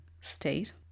state